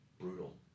brutal